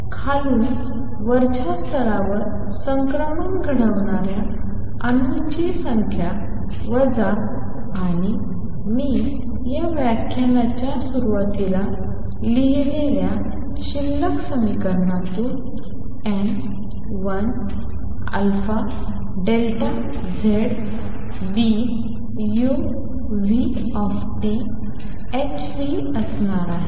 खालून वरच्या स्तरावर संक्रमण घडवणाऱ्या अणूंची संख्या वजा आणि मी या व्याख्यानाच्या सुरुवातीला लिहिलेल्या शिल्लक समीकरणापासून n1aZBuThν असणार आहे